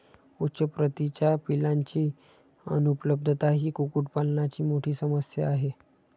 उच्च प्रतीच्या पिलांची अनुपलब्धता ही कुक्कुटपालनाची मोठी समस्या आहे